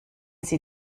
sie